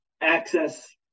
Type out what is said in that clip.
access